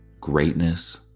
greatness